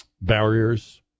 barriers